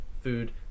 food